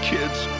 Kids